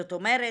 זאת אומרת,